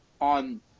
on